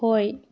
ꯍꯣꯏ